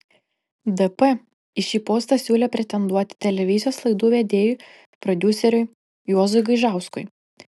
dp į šį postą siūlė pretenduoti televizijos laidų vedėjui prodiuseriui juozui gaižauskui